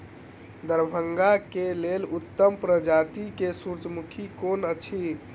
दरभंगा केँ लेल उत्तम प्रजाति केँ सूर्यमुखी केँ अछि?